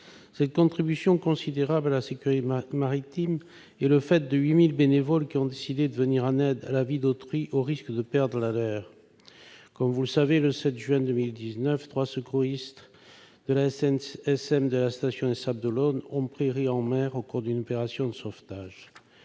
Cette contribution considérable à la sécurité maritime est le fait de 8 000 bénévoles qui ont décidé de venir en aide à la vie d'autrui, au risque de perdre la leur. Comme vous le savez, le 7 juin 2019, trois secouristes de la SNSM de la station des Sables-d'Olonne ont péri en mer au cours d'une opération de sauvetage.